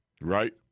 Right